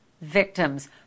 victims